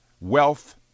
wealth